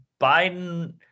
Biden